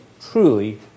truly